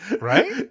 right